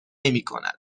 نمیکند